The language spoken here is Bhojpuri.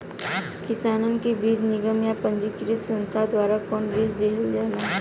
किसानन के बीज निगम या पंजीकृत संस्था द्वारा कवन बीज देहल जाला?